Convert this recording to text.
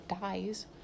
dies